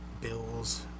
bills